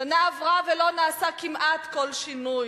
שנה עברה ולא נעשה כמעט כל שינוי,